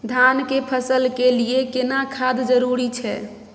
धान के फसल के लिये केना खाद जरूरी छै?